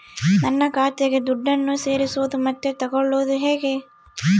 ನನ್ನ ಖಾತೆಗೆ ದುಡ್ಡನ್ನು ಸೇರಿಸೋದು ಮತ್ತೆ ತಗೊಳ್ಳೋದು ಹೇಗೆ?